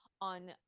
on